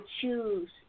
choose